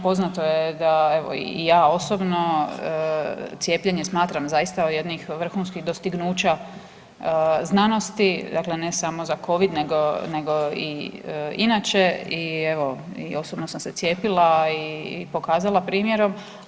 Poznato je da evo i ja osobno cijepljenje smatram zaista od jednih vrhunskih dostignuća znanost, ne samo za covid nego i inače i osobno sam se cijepila i pokazala primjerom.